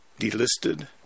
delisted